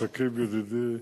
שכיב ידידי,